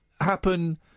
happen